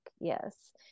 Yes